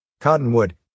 Cottonwood